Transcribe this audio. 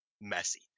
messy